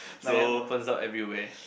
Nanyang opens up everywhere